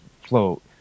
float